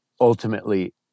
ultimately